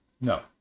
No